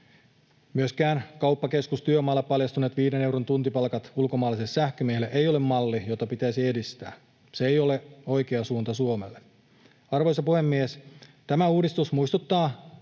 Myöskään kauppakeskustyömaalla paljastuneet 5 euron tuntipalkat ulkomaalaiselle sähkömiehelle ei ole malli, jota pitäisi edistää. Se ei ole oikea suunta Suomelle. Arvoisa puhemies! Tämä uudistus muistuttaa